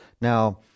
now